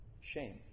shame